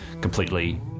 completely